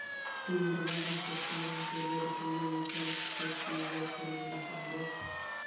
Pin दोबारा set करबा के लेल कोनो विकल्प छै की यो कनी बता देत?